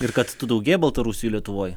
ir kad tų daugėja baltarusijų lietuvoj